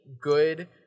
good